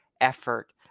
effort